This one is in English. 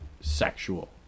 sexual